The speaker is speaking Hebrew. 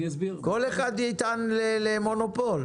כל אחד יטען למונופול.